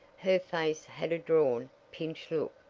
her face had a drawn, pinched look,